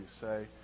say